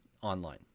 online